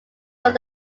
not